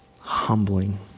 humbling